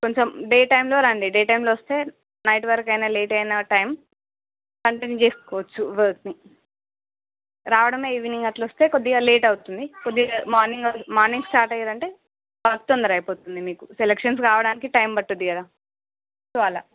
కొంచెం డే టైంలో రండి డే టైంలో వస్తే నైట్ వర్క్ అయినా లేట్ అయిన టైం కంటిన్యూ చేసుకోవచ్చు వర్క్ని రావడమే ఈవినింగ్ అట్లా వస్తే కొద్దిగా లేట్ అవుతుంది కొద్దిగా మార్నింగ్ మార్నింగ్ స్టార్ట్ అయ్యారంటే వర్క్ తొందర అయిపోతుంది మీకు సెలక్షన్ కావడానికి టైమ్ పట్టుద్ది కద సొ అలా